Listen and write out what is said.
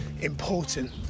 important